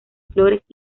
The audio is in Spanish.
flores